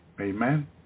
amen